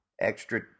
extra